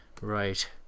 right